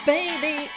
Baby